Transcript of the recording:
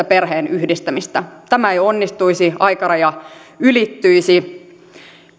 perheenyhdistämistä tämä ei onnistuisi aikaraja ylittyisi